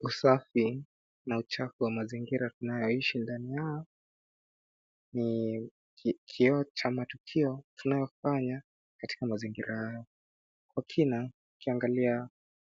Usafi na uchafu wa mazingira tunayoyaishi ndani yao ni kioo cha matukio tunayofanya katika mzingira haya. Kwa kina ukiangalia